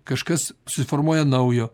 kažkas susiformuoja naujo